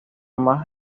más